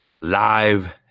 live